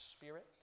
spirit